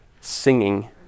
singing